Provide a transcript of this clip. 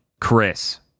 Chris